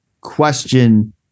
question